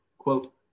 quote